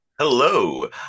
Hello